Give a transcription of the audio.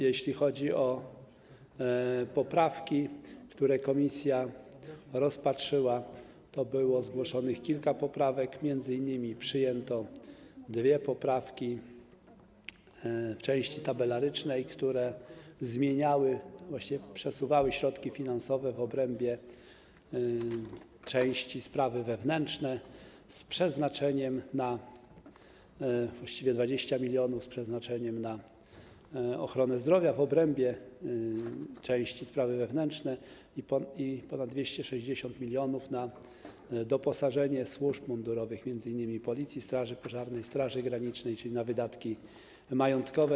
Jeśli chodzi o poprawki, które komisja rozpatrzyła, to było zgłoszonych kilka poprawek, m.in. przyjęto dwie poprawki w części tabelarycznej, które zmieniały, właściwie przesuwały środki finansowe w obrębie części sprawy wewnętrzne w kwocie 20 mln z przeznaczeniem na ochronę zdrowia, w obrębie części sprawy wewnętrzne, i ponad 260 mln na doposażenie służb mundurowych, m.in. Policji, straży pożarnej i Straży Granicznej, czyli na wydatki majątkowe.